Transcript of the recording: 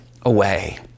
away